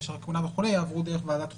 משך הכהונה וכולי יעברו דרך ועדת חוקה.